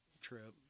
trip